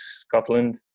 Scotland